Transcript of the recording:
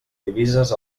divises